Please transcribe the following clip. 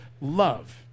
love